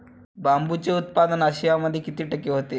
बांबूचे उत्पादन आशियामध्ये किती टक्के होते?